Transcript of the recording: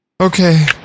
Okay